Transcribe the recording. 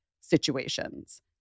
situations